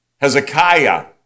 Hezekiah